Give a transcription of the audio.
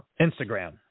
Instagram